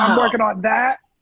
um working on that.